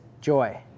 joy